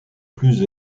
plus